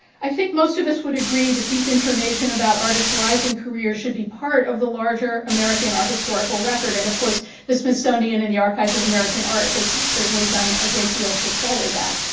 i think most of us would agree the deep information about artist's lives and careers should be part of the larger american art historical record. and of course the smithsonian and the archives of american art has certainly done a great deal to forward that.